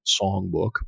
songbook